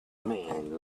man